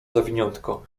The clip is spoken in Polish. zawiniątko